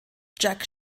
jack